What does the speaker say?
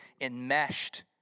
enmeshed